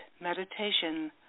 meditation